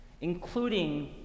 including